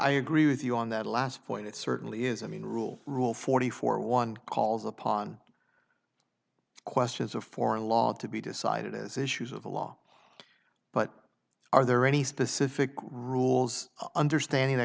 i agree with you on that last point it certainly is i mean rule rule forty four one calls upon questions of foreign law to be decided as issues of the law but are there any specific rules understanding th